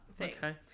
okay